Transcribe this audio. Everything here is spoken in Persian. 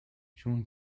جون